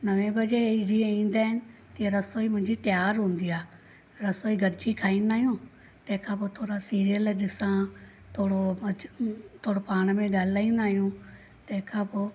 नवे बजे जीअं ईंदा आहिनि तीअं रसोई मुंहिंजी तयार हूंदी आहे रसोई गॾु जी खाईंदा आहियूं तंहिंखां पोइ थोरा सीरियल ॾिसा थोरो माचो थोरो पाण में ॻाल्हाईंदा आहियूं तंहिंखां पोइ